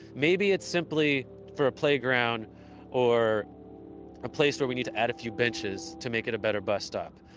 maybe it's simply for a playground or a place where we need to add a few benches to make it a better bus stop,